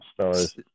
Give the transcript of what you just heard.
stars